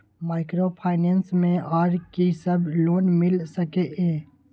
Microfinance मे आर की सब लोन मिल सके ये?